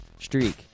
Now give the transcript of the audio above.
streak